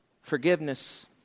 forgiveness